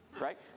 right